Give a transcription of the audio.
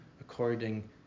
according